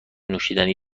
نوشیدنی